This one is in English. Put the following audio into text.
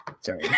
Sorry